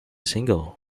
single